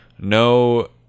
No